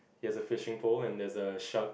he has a fishing pole and there's a shark